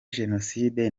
jenoside